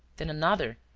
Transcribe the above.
then another,